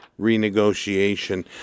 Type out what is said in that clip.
renegotiation